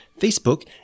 Facebook